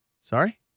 Sorry